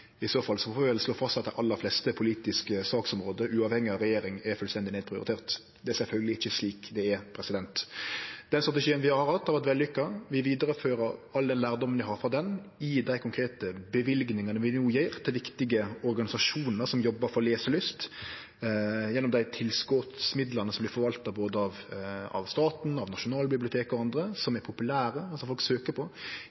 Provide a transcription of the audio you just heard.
I så fall får vi vel slå fast at dei aller fleste politiske saksområde uavhengig av regjering er fullstendig nedprioriterte. Det er sjølvsagt ikkje slik det er. Den strategien vi har hatt, har vore vellykka. Vi vidarefører all den lærdommen vi har frå han i dei konkrete løyvingane vi no gjev til viktige organisasjonar som jobbar for leselyst, gjennom dei tilskotsmidlane som vert forvalta både av staten, av Nasjonalbiblioteket og andre, som